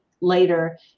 later